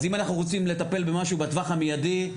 אז אם אנחנו רוצים לטפל במשהו בטווח המיידי,